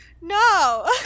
No